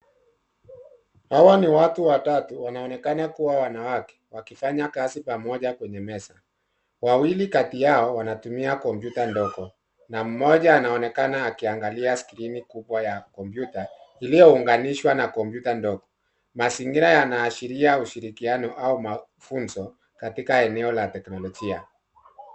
Hawa ni watu watatu wanaoonekana kuwa wanawake wakifanya kazi pamoja kwenye meza. Wawili kati yao wanatumia kompyuta ndogo na mmoja anaonekana akiangalia skrini kubwa ya kompyuta iliyounganishwa na kompyuta ndogo. Mazingira yanaashiria ushirikiano au mafunzo katika eneo la teknolojia.